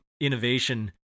innovation